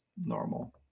normal